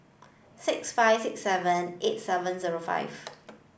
six five six seven eight seven zero five